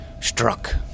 struck